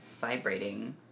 vibrating